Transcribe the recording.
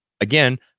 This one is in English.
again